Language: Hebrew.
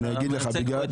אני אגיד לך,